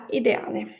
ideale